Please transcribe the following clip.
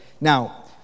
now